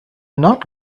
not